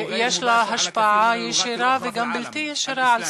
ויש לה השפעה ישירה וגם בלתי ישירה על